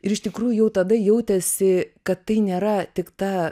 ir iš tikrųjų jau tada jautėsi kad tai nėra tik ta